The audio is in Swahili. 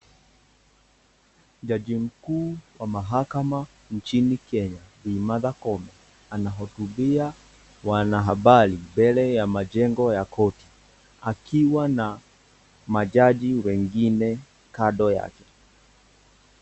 Jaji mkuu wa mahakama nchini Kenya bi Martha Koome anahotubia wanahabari mbele ya majengo ya korti akiwa na majaji wengine kando yake.